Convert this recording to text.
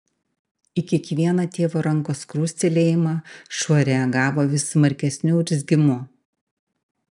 į kiekvieną tėvo rankos krustelėjimą šuo reagavo vis smarkesniu urzgimu